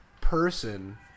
person